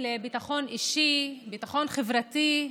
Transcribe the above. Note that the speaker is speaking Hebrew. ביטחון חברתי,